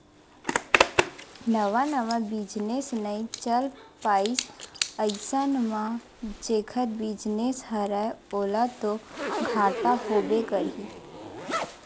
नवा नवा बिजनेस नइ चल पाइस अइसन म जेखर बिजनेस हरय ओला तो घाटा होबे करही